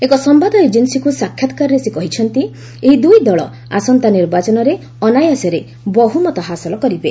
ଏକ ସମ୍ଭାଦ ଏଜେନ୍ସିକୁ ସାକ୍ଷାତ୍କାରରେ ସେ କହିଛନ୍ତି ଏହି ଦୁଇ ଦଳ ଆସନ୍ତା ନିର୍ବାଚନରେ ଅନାୟାସରେ ବହୁମତ ହାସଲ କରିବେ